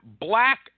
black